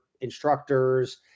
instructors